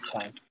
time